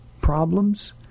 problems